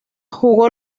jugó